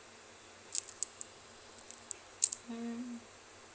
mm